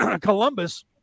Columbus